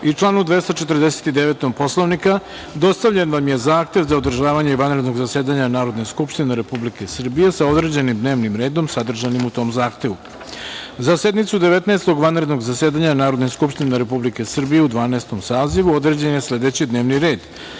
i članu 249. Poslovnika, dostavljen vam je Zahtev za održavanje vanrednog zasedanja Narodne skupštine Republike Srbije sa određenim dnevnim redom sadržanim u tom zahtevu.Za sednicu Devetnaestog vanrednog zasedanja Narodne skupštine Republike Srbije u Dvanaestom sazivu određen je sledećiD n e